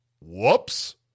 whoops